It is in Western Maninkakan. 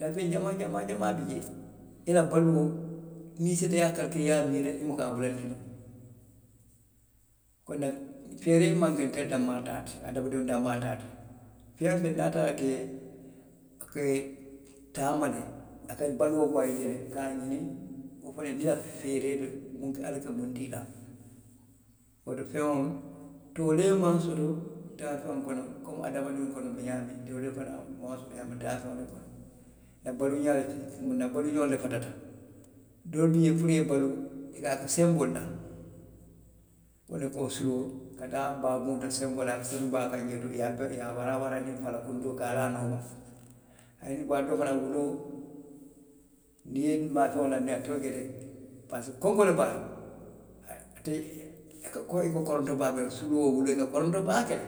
Daafeŋ jamaa jamaa bi je. i la baluo. niŋ i siita, i ye a kalikilee. a ye a miira, i bu ka a bulandinoo. koŋ naki feeree maŋ ke ntelu danmaa taa ti, hadamadiŋo danmaa taa nteŋ. Feeree ti jee niŋ a taata ke, ke a ka baluo bayindi le, ka a ňiniŋ. wo fanaŋ i niŋ i la feeree loŋ ala ka muŋ dii i la. Woto feŋo. toolee maŋ sot daafeŋolu kono komiadamadiwolu kono miŋ ye a loŋ ne toolee fanaŋ maŋ soto ňaamiŋ daafeŋolu kono. nna baluu ňaalu le fatata. doolu bi jee puru i ye baluu. I ka a ke senboo le la, wo le be ko suluo ka taa baa buŋo to, ka senboo laa jee, ka sappi baa kaŋ, i ye a waraa waraa je fala kuntoo la ka a laa a nooma. waati doo fanaŋ, wuloo, niŋ i ye maafeŋo laandi a ye a cika teŋ parisiko konkoo le be a la. Ate a ka koronto baake le, suluo, wuloo i ka koronto baa ke le.